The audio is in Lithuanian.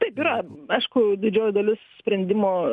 taip yra aišku didžioji dalis sprendimo